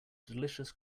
delicious